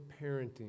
parenting